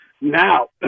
Now